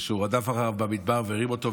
שהוא רדף אחריו במדבר והרים אותו,